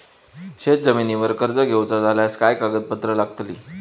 शेत जमिनीवर कर्ज घेऊचा झाल्यास काय कागदपत्र लागतली?